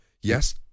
Yes